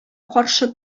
каршы